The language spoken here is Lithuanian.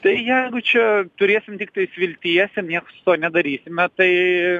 tai jeigu čia turėsim tiktais vilties ir nieko su tuo nedarysime tai